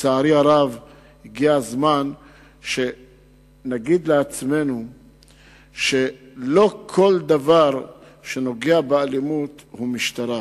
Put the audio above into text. הגיע הזמן שנגיד לעצמנו שלא כל דבר שנוגע באלימות הוא עניין למשטרה.